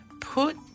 put